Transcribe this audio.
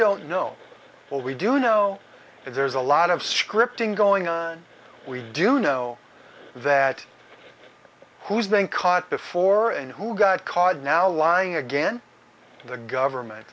don't know but we do know that there's a lot of scripting going on we do know that who's been caught before and who got caught now lying again the government